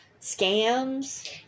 scams